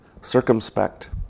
circumspect